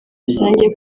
rusange